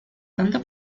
tanto